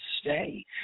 stay